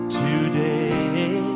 today